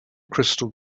crystal